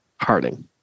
Harding